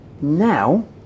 Now